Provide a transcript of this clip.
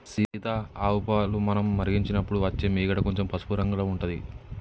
సీత ఆవు పాలు మనం మరిగించినపుడు అచ్చే మీగడ కొంచెం పసుపు రంగుల ఉంటది